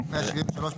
173 ו-174.